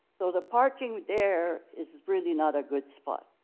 so the parking there is is really not a good spot.